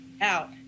out